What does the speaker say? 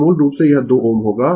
तो मूल रूप से यह 2 Ω होगा